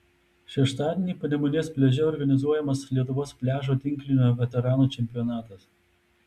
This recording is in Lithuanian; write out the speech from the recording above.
šeštadienį panemunės pliaže organizuojamas lietuvos pliažo tinklinio veteranų čempionatas